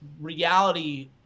reality